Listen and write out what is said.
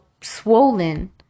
swollen